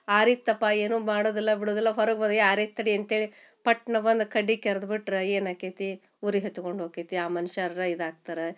ಆರಿತ್ತಪ್ಪ ಏನೂ ಮಾಡೋದಿಲ್ಲ ಬಿಡೋದಿಲ್ಲ ಹೊರಗೆ ಬಂದು ಏ ಆರೈತೆ ತಡಿ ಅಂತ್ಹೇಳಿ ಪಟ್ನೆ ಬಂದು ಕಡ್ಡಿ ಕೆರದು ಬಿಟ್ರೆ ಏನಾಕ್ಯೈತಿ ಉರಿ ಹತ್ಕೊಂಡು ಹೊಕ್ಯೈತಿ ಆ ಮನ್ಷ್ಯರೂ ಇದಾಗ್ತಾರೆ